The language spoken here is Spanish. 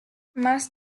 más